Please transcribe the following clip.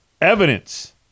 evidence